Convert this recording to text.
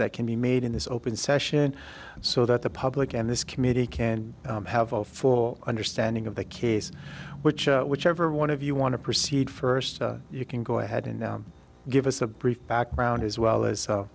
that can be made in this open session so that the public and this committee can have a full understanding of the case which whichever one of you want to proceed first you can go ahead and give us a brief background as well as